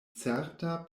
certa